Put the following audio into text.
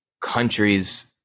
countries